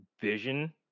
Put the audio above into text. vision